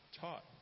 taught